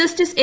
justice A